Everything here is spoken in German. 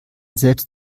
selbst